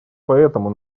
поэтому